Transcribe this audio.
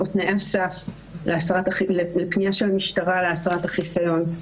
תנאי הסף לפנייה של המשטרה להסרת החיסיון.